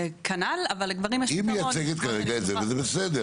היא מייצגת את זה וזה בסדר.